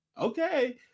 okay